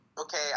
okay